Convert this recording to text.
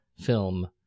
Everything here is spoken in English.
film